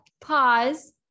Pause